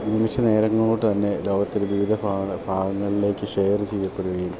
നിമിഷ നേരം കൊണ്ട് തന്നെ ലോകത്തിൽ വിവിധ ഭാഗങ്ങളിലേക്ക് ഷെയറ് ചെയ്യപ്പെടുകയും